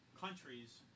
countries